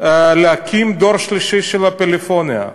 להקים דור שלישי של פלאפוניה.